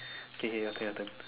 kay kay your turn your turn